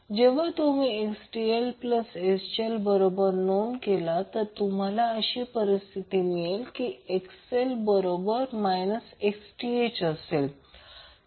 जेव्हा तुम्ही Xth XL बरोबर 0 नोंद केला तुम्हाला अशी परिस्थिती मिळेल की XL बरोबर Xth